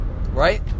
right